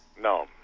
No